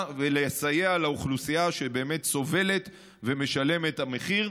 ולסייע לאוכלוסייה שבאמת סובלת ומשלמת את המחיר.